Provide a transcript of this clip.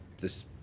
this